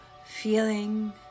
Feeling